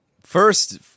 First